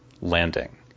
landing